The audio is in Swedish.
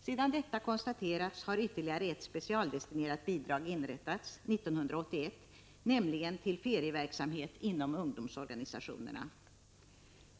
Sedan detta konstaterats har år 1981 ytterligare ett specialdestinerat bidrag inrättats, nämligen bidraget till ferieverksamhet inom ungdomsorganisationerna.